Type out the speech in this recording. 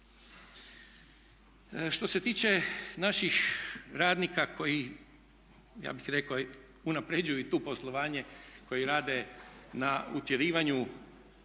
Što se tiče naših radnika koji ja bih rekao unaprjeđuju i tu poslovanje, koji rade na "utjerivanju"